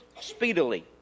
speedily